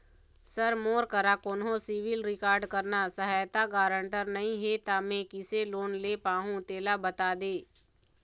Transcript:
sir मोर करा कोन्हो सिविल रिकॉर्ड करना सहायता गारंटर नई हे ता मे किसे लोन ले पाहुं तेला बता दे